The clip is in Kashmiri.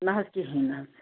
نہ حظ کِہیٖنۍ نہٕ حظ